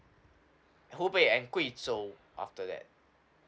hubei and guizhou after that